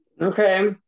Okay